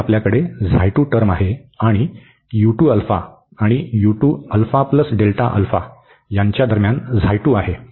येथे आपल्याकडे टर्म आहे आणि आणि दरम्यान आहे